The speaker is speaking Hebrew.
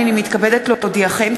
הנני מתכבדת להודיעכם,